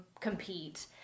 compete